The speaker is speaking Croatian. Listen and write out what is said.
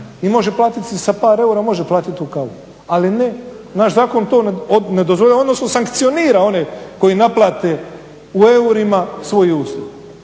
i može platiti sa par eura tu kavu. Ali ne naš zakon to ne dozvoljava odnosno sankcionira one koji naplate u eurima svoju uslugu